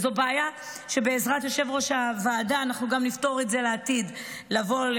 זו בעיה שבעזרת יושב-ראש הוועדה נפתור אותה לעתיד לבוא,